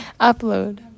Upload